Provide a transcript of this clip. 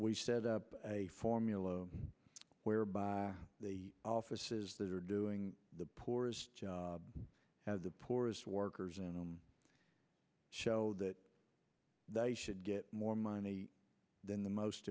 we set up a formula whereby the offices that are doing the poorest the poorest workers in them show that they should get more money than the most